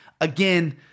Again